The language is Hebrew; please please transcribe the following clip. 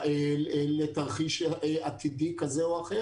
הסיכון לתרחיש עתידי כזה או אחר,